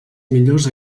millors